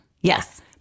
Yes